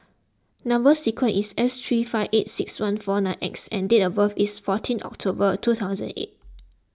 Number Sequence is S three five eight six one four nine X and date of birth is fourteen October two thousand eight